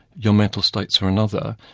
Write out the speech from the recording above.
your mental states are another.